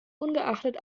ungeachtet